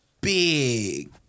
big